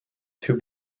two